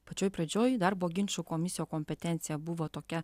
pačioj pradžioj darbo ginčų komisijų kompetencija buvo tokia